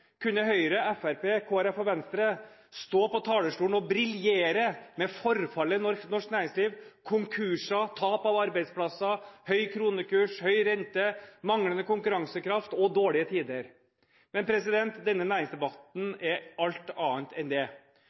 kunne Høyre, Fremskrittspartiet, Kristelig Folkeparti og Venstre stå på talerstolen og briljere med forfallet i norsk næringsliv, konkurser, tap av arbeidsplasser, høy kronekurs, høy rente, manglende konkurransekraft og dårlige tider. Men denne næringsdebatten viser alt annet enn det.